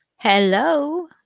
Hello